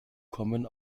kommen